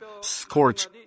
scorch